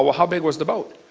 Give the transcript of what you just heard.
ah how big was the boat?